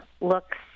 looks